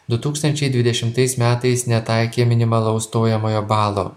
du tūkstančiai dvidešimtais metais netaikė minimalaus stojamojo balo